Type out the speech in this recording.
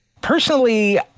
personally